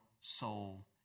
soul